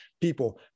people